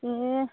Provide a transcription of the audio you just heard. ए